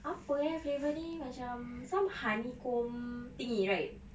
apa eh flavour ni macam some honeycomb thingy right